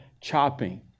chopping